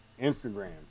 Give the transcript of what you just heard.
Instagram